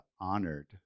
honored